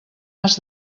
has